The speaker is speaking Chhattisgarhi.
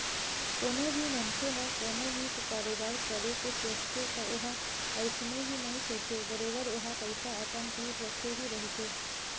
कोनो भी मनखे ह कोनो भी कारोबार करे के सोचथे त ओहा अइसने ही नइ सोचय बरोबर ओहा पइसा अपन तीर रखे ही रहिथे